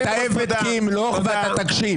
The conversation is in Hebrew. אתה עבד כי ימלוך ואתה תקשיב.